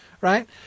right